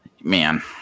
Man